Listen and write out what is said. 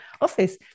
office